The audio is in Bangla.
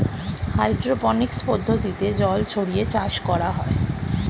হাইড্রোপনিক্স পদ্ধতিতে জল ছড়িয়ে চাষ করা হয়